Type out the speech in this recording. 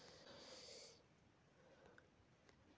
सबले बढ़िया फसल का होथे?